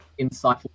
insightful